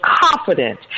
confident